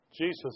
Jesus